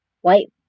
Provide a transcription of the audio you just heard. white